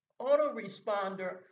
autoresponder